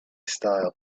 style